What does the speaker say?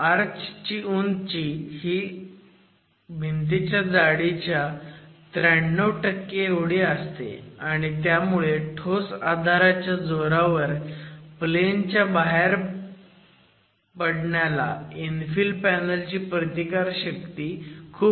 arch ची उंची ही भिंतीच्या जाडीच्या 93 असते आणि त्यामुळे ठोस आधाराच्या जोरावर प्लेन च्या बाहेर पडण्याला इन्फिल पॅनल ची प्रतिकारशक्ती खूप वाढते